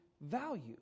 value